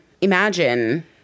Imagine